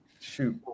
Shoot